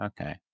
Okay